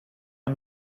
amb